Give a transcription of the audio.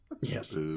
Yes